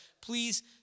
please